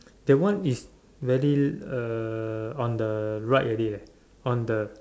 that one is very uh on the right already leh on the